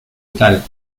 tal